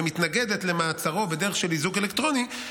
ומתנגדת למעצרו בדרך של איזוק אלקטרוני,